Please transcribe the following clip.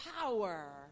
power